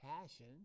passion